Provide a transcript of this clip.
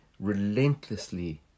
relentlessly